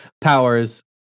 powers